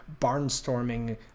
barnstorming